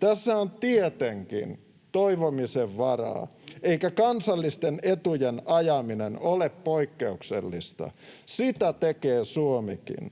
Tässä on tietenkin toivomisen varaa, eikä kansallisten etujen ajaminen ole poikkeuksellista. Sitä tekee Suomikin.